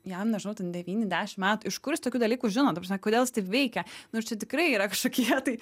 jam nežinau ten devyni dešim metų iš kur jis tokių dalykų žino kodėl jis taip veikia nu ir čia tikrai yra kažkokie tai